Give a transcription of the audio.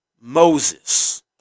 Moses